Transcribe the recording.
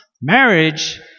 Marriage